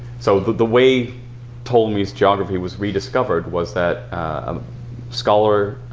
so the way ptolemy's geography was rediscovered was that a scholar,